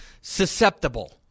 susceptible